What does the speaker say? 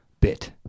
bit